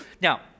now